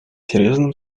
серьезным